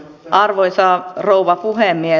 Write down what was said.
arvoisa rouva puhemies